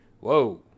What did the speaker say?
Whoa